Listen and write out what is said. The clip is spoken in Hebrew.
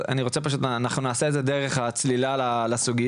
אנחנו נעשה את זה דרך הצלילה לסוגיות.